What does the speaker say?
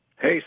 Hey